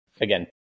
again